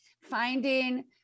finding